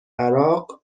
عراق